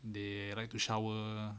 they like to shower